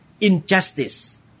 injustice